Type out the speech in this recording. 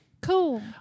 Cool